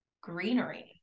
greenery